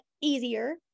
easier